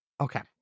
Okay